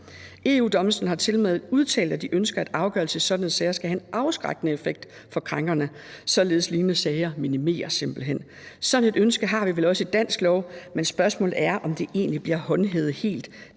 EU-Domstolen har tilmed udtalt, at de ønsker, at afgørelser i sådanne sager skal have en afskrækkende effekt over for krænkerne, således at lignende sager minimeres simpelt hen. Sådan et ønske har vi vel også i dansk lov, men spørgsmålet er, om det egentlig bliver håndhævet helt.